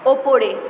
ওপরে